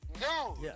No